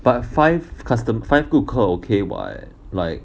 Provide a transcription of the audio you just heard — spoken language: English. but five customer five 顾客 okay [what] like